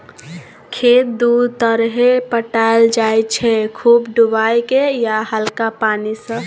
खेत दु तरहे पटाएल जाइ छै खुब डुबाए केँ या हल्का पानि सँ